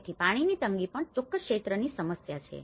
તેથી પાણીની તંગી પણ ચોક્કસ ક્ષેત્રની સમસ્યા છે